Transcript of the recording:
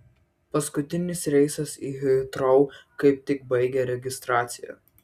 paskutinis reisas į hitrou kaip tik baigė registraciją